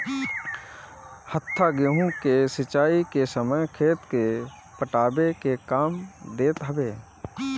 हत्था गेंहू के सिंचाई के समय खेत के पटावे के काम देत हवे